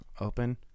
open